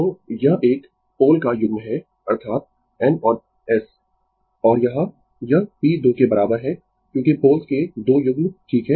तो यह 1 पोल का युग्म है अर्थात N और S और यहाँ यह p 2 के बराबर है क्योंकि पोल्स के 2 युग्म ठीक है